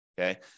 okay